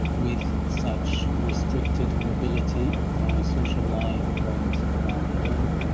with such restricted mobility, my social life went downhill.